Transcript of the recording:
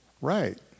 Right